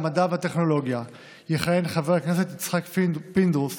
המדע והטכנולוגיה יכהן חבר הכנסת יצחק פינדרוס